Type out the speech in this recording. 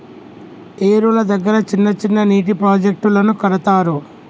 ఏరుల దగ్గర చిన్న చిన్న నీటి ప్రాజెక్టులను కడతారు